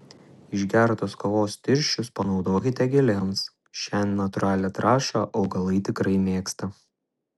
išgertos kavos tirščius panaudokite gėlėms šią natūralią trąšą augalai tikrai mėgsta